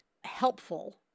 helpful